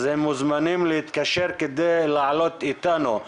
אז הם מוזמנים להתקשר כדי לעלות איתנו.